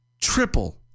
triple